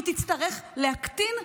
היא תצטרך להקטין,